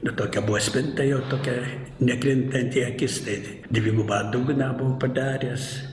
na tokia buvo spinta jo tokia nekrintanti į akis tai dvigubą dugną buvau padaręs